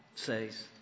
says